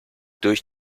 durch